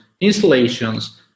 installations